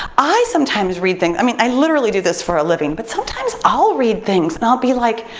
i sometimes read things, i mean i literally do this for a living, but sometimes i'll read things and i'll be like,